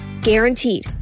Guaranteed